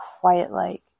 quiet-like